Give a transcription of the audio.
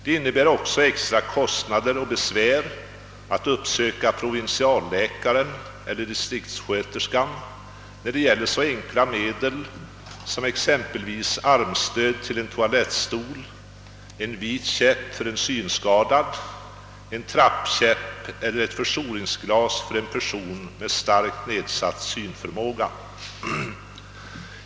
Det innebär också extra kostnader att uppsöka provinsialläkaren eller distriktssköterskan när det gäller så enkla medel som exempelvis armstöd till en toalettstol, en vit käpp för en synskadad, en trappkäpp eller ett förstoringsglas för en person med starkt nedsatt synförmåga.